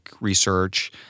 research